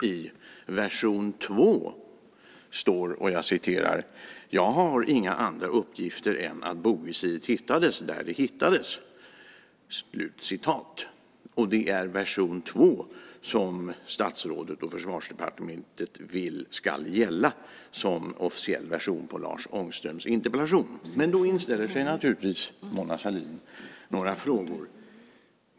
I version 2, däremot, sägs att statsrådet inte har några andra uppgifter än att bogvisiret hittades där det hittades. Det är version 2 som statsrådet och Försvarsdepartementet vill ska gälla som officiell version och svar på Lars Ångströms interpellation. Då inställer sig naturligtvis några frågor.